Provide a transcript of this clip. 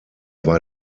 war